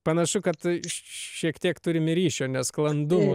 panašu kad šiek tiek turime ryšio nesklandumų